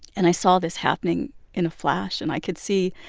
and i saw this happening in a flash. and i could see,